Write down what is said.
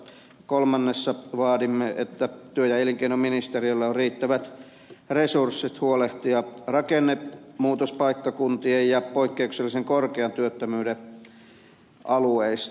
kolmannessa vaadimme että työ ja elinkei noministeriöllä on riittävät resurssit huolehtia rakennemuutospaikkakuntien ja poikkeuksellisen korkean työttömyyden alueista